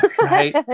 Right